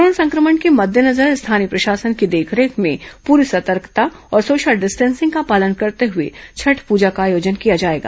corona संक्रमण के मद्देनजर स्थानीय प्रशासन की देखरेख में पूरी सतर्कता और सोशल डिस्टेंसिंग का पालन करते हुए छठ पूजा का आयोजन किया जाएगा